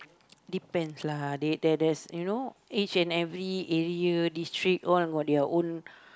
depends lah there's there's you know each and every area district got their own